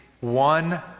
one